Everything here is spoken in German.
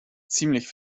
ziemlich